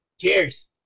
Cheers